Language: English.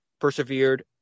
persevered